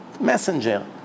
Messenger